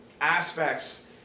aspects